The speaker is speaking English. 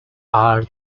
are